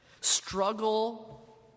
struggle